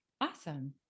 Awesome